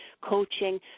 coaching